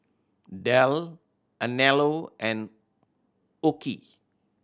Dell Anello and OKI